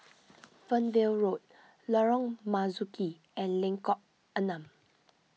Fernvale Road Lorong Marzuki and Lengkok Enam